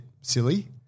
silly